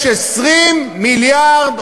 יש 20 מיליארד,